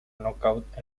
nocaut